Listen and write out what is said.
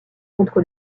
contre